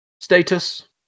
status